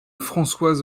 françoise